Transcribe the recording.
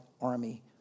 army